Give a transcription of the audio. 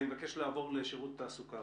אני מבקש לעבור לשירות התעסוקה,